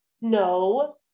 No